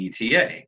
ETA